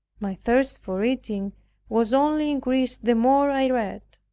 my thirst for reading was only increased the more i read.